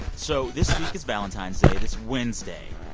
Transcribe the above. so this week is valentine's day, this wednesday.